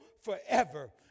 forever